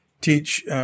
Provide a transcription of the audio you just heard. teach